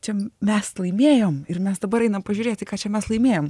čia mes laimėjom ir mes dabar einam pažiūrėti ką čia mes laimėjom